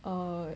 uh